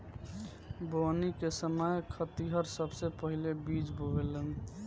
बोवनी के समय खेतिहर सबसे पहिले बिज बोवेलेन